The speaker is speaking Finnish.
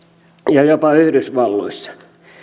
ja jopa yhdysvalloissa